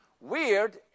Weird